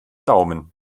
daumen